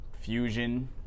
fusion